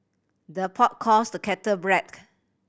the pot calls the kettle